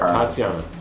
Tatiana